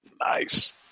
Nice